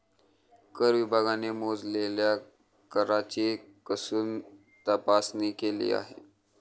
कर विभागाने मोजलेल्या कराची कसून तपासणी केली आहे